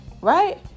right